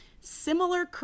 Similar